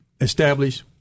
establish